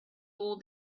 all